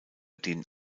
denen